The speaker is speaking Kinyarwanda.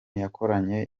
yakoranye